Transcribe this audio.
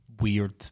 weird